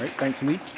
thanks lee.